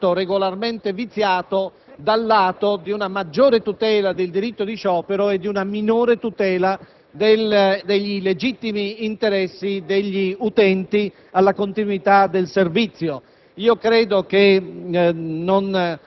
si può ritenere essere stato nel nostro Paese regolarmente viziato con una maggiore tutela del diritto di sciopero e una minore tutela dei legittimi interessi degli utenti alla continuità del servizio.